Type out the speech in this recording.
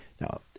Now